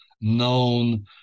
known